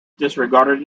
disregarded